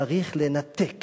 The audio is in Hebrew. צריך לנתק